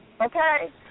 okay